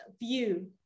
view